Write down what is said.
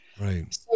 Right